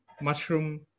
mushroom